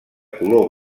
color